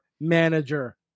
manager